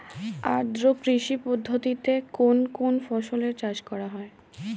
আদ্র কৃষি পদ্ধতিতে কোন কোন ফসলের চাষ করা হয়?